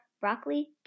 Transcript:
broccoli